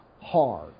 hard